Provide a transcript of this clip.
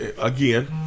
again